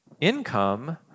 income